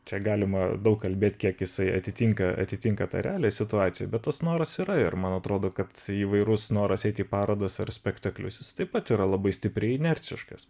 čia galima daug kalbėt kiek jisai atitinka atitinka tą realią situaciją bet tas noras yra ir man atrodo kad įvairus noras eiti į parodas ar spektaklius jis taip pat yra labai stipriai inerciškas